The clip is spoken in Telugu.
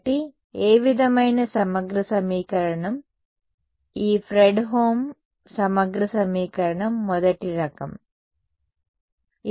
కాబట్టి ఏ విధమైన సమగ్ర సమీకరణం ఈ ఫ్రెడ్హోమ్ సమగ్ర సమీకరణం మొదటి రకం సరే